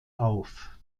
auf